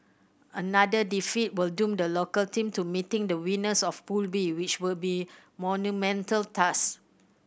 another defeat will doom the local team to meeting the winners of Pool B which would be a monumental task